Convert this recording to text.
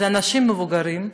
זה אנשים מבוגרים,